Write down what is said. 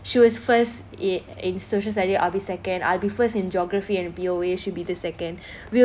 she was first in in social studies I'll be second I'll be first in geography and P_O_A she'll be the second we were very in that best friends who were very hardworking